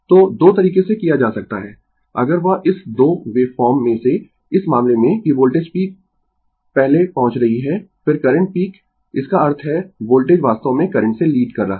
तो 2 तरीके से किया जा सकता है अगर वह इस 2 वेव फॉर्म में से इस मामले में कि वोल्टेज पीक पहले पहुंच रही है फिर करंट पीक इसका अर्थ है वोल्टेज वास्तव में करंट से लीड कर रहा है